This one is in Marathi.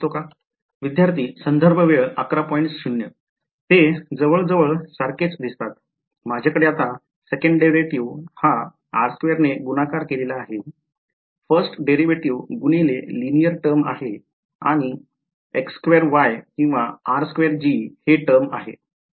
ते जवळ जवळ सारखेच दिसतात माझ्याकडे आता second derivative हा r2 ने गुणाकार केलेला आहे first derivative गुणिले linear term आणि किंवा टर्म आहे बरोबर